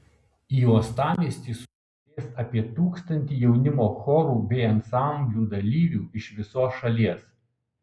į uostamiestį sugužės apie tūkstantį jaunimo chorų bei ansamblių dalyvių iš visos šalies